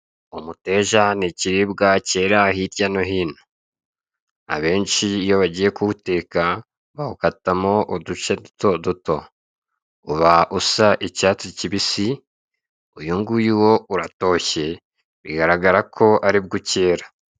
Umuteja ni ikiribwa kera hirya no hino abenshi iyo bagiye kuwuteka bawukatamo uduce dutu duto, uba usa icyatsi kibisi uyunguyu wo uratoshye bigaragara ko aribwo ukera.